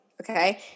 Okay